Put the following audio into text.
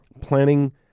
planning